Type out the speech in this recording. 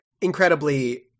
incredibly